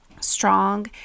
strong